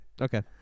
okay